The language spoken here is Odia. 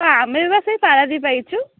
ହଁ ଆମେ ବା ସେଇ ପାରାଦ୍ୱିପ ଆଇଛୁ